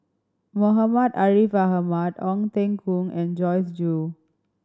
Muhammad Ariff Ahmad Ong Teng Koon and Joyce Jue